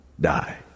die